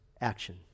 action